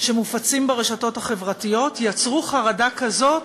שמופצים ברשתות החברתיות יצרו חרדה כזאת,